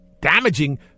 damaging